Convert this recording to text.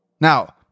now